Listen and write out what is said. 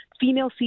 female